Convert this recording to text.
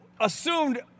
assumed